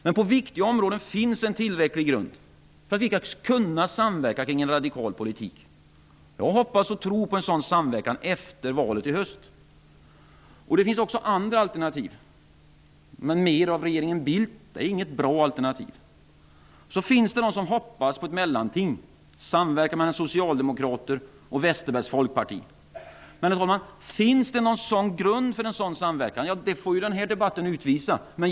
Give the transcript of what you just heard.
Men på viktiga områden finns en tillräcklig grund för att vi skall kunna samverka kring en radikal politik. Jag hoppas och tror på en sådan samverkan efter valet i höst. Det finns också andra alternativ. Men mera av regeringen Bildt är inget bra alternativ. Så finns det de som hoppas på ett mellanting -- en samverkan mellan Socialdemokraterna och Westerbergs folkparti. Men finns det någon grund för en sådan samverkan. Det får den här debatten utvisa.